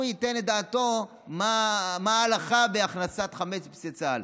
הוא ייתן את דעתו מה ההלכה בהכנסת חמץ לבסיסי צה"ל.